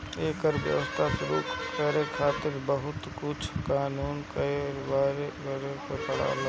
एकर व्यवसाय शुरू करे खातिर बहुत कुल कानूनी कारवाही करे के पड़ेला